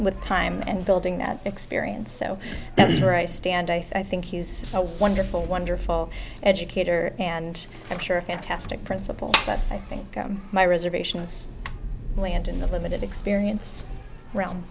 with time and building that experience so that's where i stand i think he's a wonderful wonderful educator and i'm sure a fantastic principal but i think my reservations only end in the limited experience r